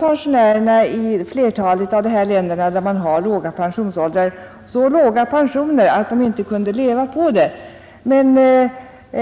pensionärerna i flertalet av dessa — åldern länder där man har låg pensionsålder i stor utsträckning har så låga pensioner att de inte kan leva på dem.